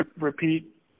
repeat